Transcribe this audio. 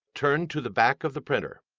turn to the back of the printer.